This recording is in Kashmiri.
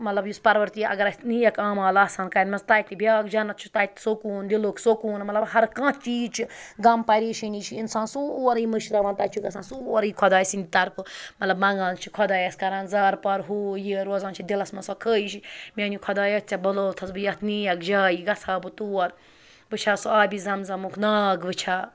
مطلب یُس پَروَر دی اگر اَسہِ نیک اعمال آسہٕ ہَن کَرِمَژٕ تَتہِ بیٛاکھ جنت چھُ تَتہِ سکوٗن دِلُک سکوٗن مطلب ہَرکانٛہہ چیٖز چھُ غم پریشٲنی چھِ اِنسان سورُے مٔشراوان تَتہِ چھُ گژھان سورُے خۄداے سٕنٛدِ طرفہٕ مطلب منٛگان چھِ خۄدایَس کَران زارٕپار ہُہ یہِ روزان چھِ دِلَس منٛز سۄ خٲہِش میٛانہِ خۄدایا ژےٚ بَنووتھَس بہٕ یَتھ نیک جایہِ گژھٕ ہا بہٕ تور بہٕ وٕچھِ ہا سُہ آبِ زَم زَمُک ناگ وٕچھِ ہا